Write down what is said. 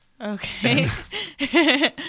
Okay